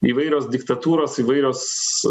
įvairios diktatūros įvairios